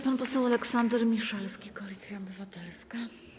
Pan poseł Aleksander Miszalski, Koalicja Obywatelska.